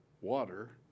water